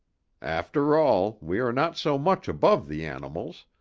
after all, we are not so much above the animals,